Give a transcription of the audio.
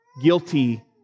guilty